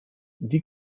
die